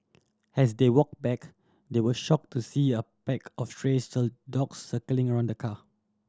as they walk back they were shocked to see a pack of stray still dogs circling around the car